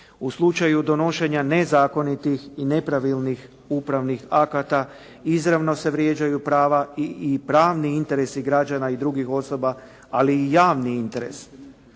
U slučaju donošenja nezakonitih i nepravilnih upravnih akata izravno se vrijeđaju prava i pravni interesi građana i drugih osoba ali i javni interes.